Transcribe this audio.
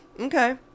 Okay